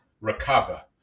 recover